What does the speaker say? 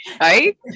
Right